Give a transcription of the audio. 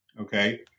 okay